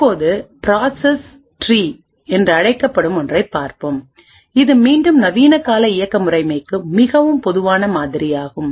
இப்போது பிராசஸ் ட்ரீஎன்று அழைக்கப்படும் ஒன்றையும் பார்ப்போம் இது மீண்டும் நவீன கால இயக்க முறைமைக்கு மிகவும் பொதுவான மாதிரியாகும்